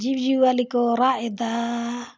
ᱡᱤᱵᱽᱼᱡᱤᱭᱟᱹᱞᱤ ᱠᱚ ᱨᱟᱜ ᱮᱫᱟ